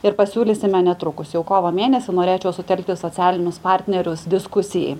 ir pasiūlysime netrukus jau kovo mėnesį norėčiau sutelkti socialinius partnerius diskusijai